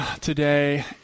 today